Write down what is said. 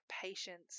patience